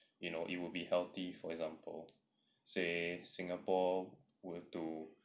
you know it would be healthy for example say singapore were to